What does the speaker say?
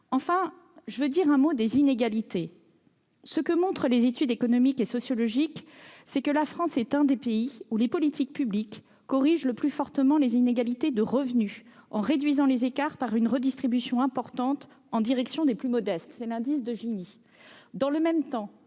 Enfin, je veux dire un mot des inégalités. Les études économiques et sociologiques montrent que la France est l'un des pays où les politiques publiques corrigent le plus fortement les inégalités de revenus, en réduisant les écarts par une redistribution importante en direction des plus modestes- je fais référence